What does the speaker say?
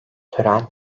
tören